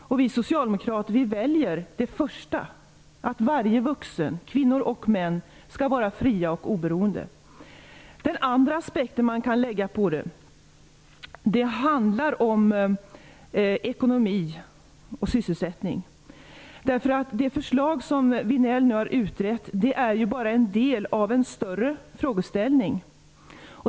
Vi socialdemokrater väljer det första alternativet -- att varje vuxen, kvinnor och män, skall vara fri och oberoende. Den andra aspekten som man kan anlägga på detta handlar om ekonomi och sysselsättning. Det förslag som Lars Vinell har utrett är bara en del av en större frågeställning.